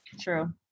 True